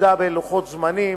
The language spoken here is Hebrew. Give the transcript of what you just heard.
עמידה בלוחות זמנים,